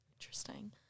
Interesting